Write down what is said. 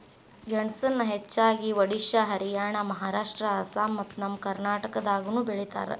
ಗೆಣಸನ ಹೆಚ್ಚಾಗಿ ಒಡಿಶಾ ಹರಿಯಾಣ ಮಹಾರಾಷ್ಟ್ರ ಅಸ್ಸಾಂ ಮತ್ತ ನಮ್ಮ ಕರ್ನಾಟಕದಾಗನು ಬೆಳಿತಾರ